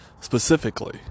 specifically